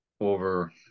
over